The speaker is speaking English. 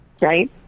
right